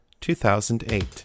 2008